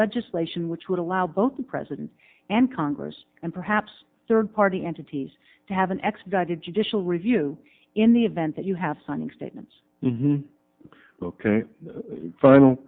legislation which would allow both the president and congress and perhaps third party entities to have an expedited judicial review in the event that you have signing statements ok final